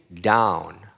down